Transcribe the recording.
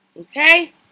Okay